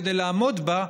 כדי לעמוד בה,